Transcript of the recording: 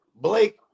Blake –